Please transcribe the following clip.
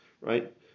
right